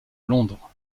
londres